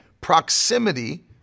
Proximity